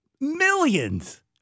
millions